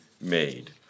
made